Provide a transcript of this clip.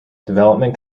development